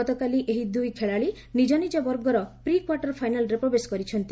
ଗତକାଲି ଏହି ଦୁଇ ଖେଳାଳି ନିଜ ନିଜ ବର୍ଗର ପ୍ରିକ୍ୱାର୍ଟର ଫାଇନାଲ୍ରେ ପ୍ରବେଶ କରିଛନ୍ତି